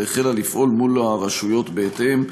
והחלה לפעול מול הרשויות בהתאם.